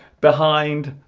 behind